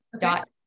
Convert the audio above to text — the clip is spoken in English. dot